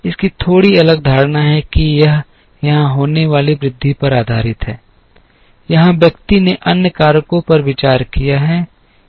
इसकी थोड़ी अलग धारणा है कि यह यहाँ होने वाली वृद्धि पर आधारित है यहाँ व्यक्ति ने अन्य कारकों पर विचार किया है